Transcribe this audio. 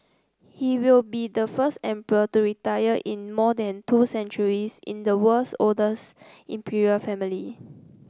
he will be the first emperor to retire in more than two centuries in the world's oldest imperial family